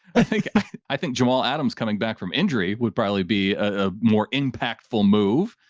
i think i think juul adams coming back from injury would probably be a more impactful move,